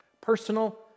personal